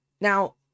Now